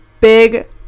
big